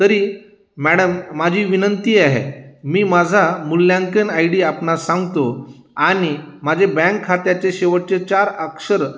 तरी मॅडम माझी विनंती आहे मी माझा मूल्यांकन आय डी आपणास सांगतो आणि माझे बँक खात्याचे शेवटचे चार अक्षर